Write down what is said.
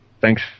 Thanks